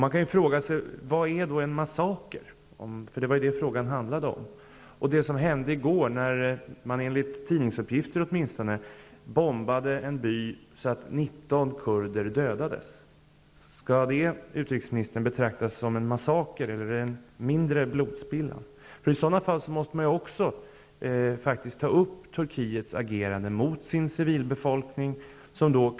Då kan man fråga sig vad en massaker är. Det var ju det frågan handlade om. Skall det som hände i går när man, enligt tidningsuppgifter åtminstone, bombade en by så att 19 kurder dödades betraktas som en massaker, utrikesministern, eller är det en mindre blodsspillan? Då måste man ta upp Turkiets agerande mot sin civilbefolkning.